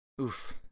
oof